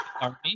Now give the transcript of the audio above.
army